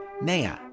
Naya